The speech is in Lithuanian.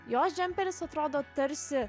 jos džemperis atrodo tarsi